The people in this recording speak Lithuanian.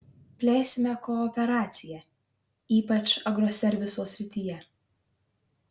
plėsime kooperaciją ypač agroserviso srityje